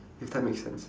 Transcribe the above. if that makes sense